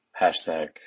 hashtag